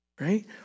right